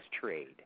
trade